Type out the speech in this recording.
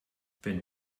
wenn